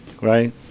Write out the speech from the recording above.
Right